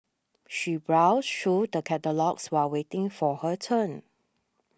she browsed through the catalogues while waiting for her turn